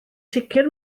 sicr